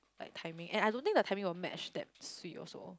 like timing and I don't think the timing will match that swee also